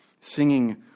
Singing